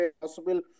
possible